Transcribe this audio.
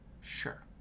Sure